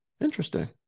Interesting